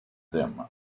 them